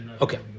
Okay